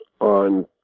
on